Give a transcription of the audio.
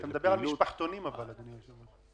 אתה מדבר על משפחתונים, אדוני היושב-ראש.